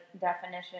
definition